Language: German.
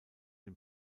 den